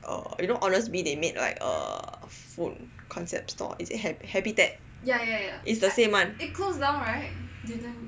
err you know Honestbee they made like err food concept store err is it habitat yeah is the same one